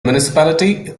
municipality